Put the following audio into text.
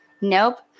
nope